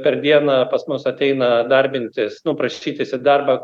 per dieną pas mus ateina darbintis nu prašytis į darbą